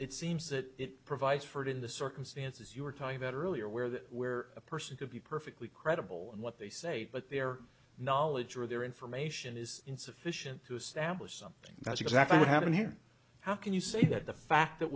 it seems that it provides for it in the circumstances you were talking about earlier where that where a person could be perfectly credible in what they say but their knowledge or their information is insufficient to establish something that's exactly what happened here how can you say that the fact that